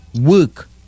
work